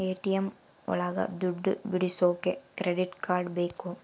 ATM ಒಳಗ ದುಡ್ಡು ಬಿಡಿಸೋಕೆ ಕ್ರೆಡಿಟ್ ಕಾರ್ಡ್ ಬೇಕು